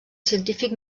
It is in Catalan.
científic